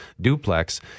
duplex